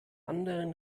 anderen